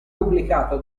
pubblicato